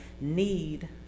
need